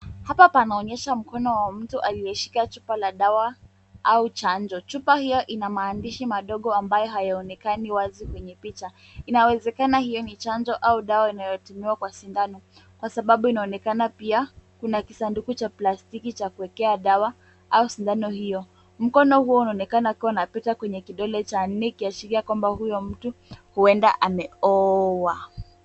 Hapa panaonyesha mkono wa mtu aliyeshika chupa la dawa au chanjo. Chupa hiyo ina maandishi madogo ambayo hayaonekani wazi kwenye picha. Inawezakana hiyo ni chanjo au dawa inayotumiwa kwa sindano kwa sababu inaonekana pia kuna kisanduku cha plastiki cha kuwekea dawa au sindano hiyo. Mkono huo unaonekana kuwa na pete kwenye kidole cha nne ikiashiria kwamba huyo mtu huenda ameoa.